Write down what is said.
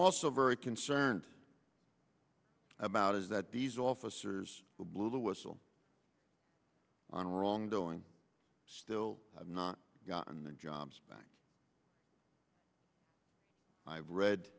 also very concerned about is that these officers who blew the whistle on wrongdoing still have not gotten their jobs back i've read